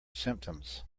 symptoms